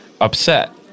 upset